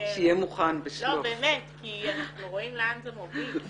אנחנו רואים לאן זה מוביל.